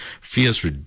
fierce